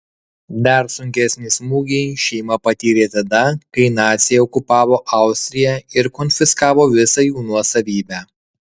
dar sunkesnį smūgį šeima patyrė tada kai naciai okupavo austriją ir konfiskavo visą jų nuosavybę